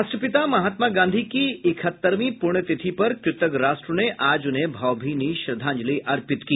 राष्ट्रपिता महात्मा गांधी की इकहत्तरवीं प्रण्यतिथि पर कृतज्ञ राष्ट्र ने आज उन्हें भावभीनी श्रद्धांजलि अर्पित की